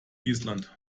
island